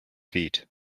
feet